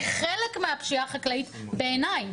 היא חלק מהפשיעה החקלאית, בעיניי.